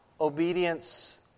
obedience